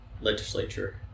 legislature